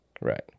right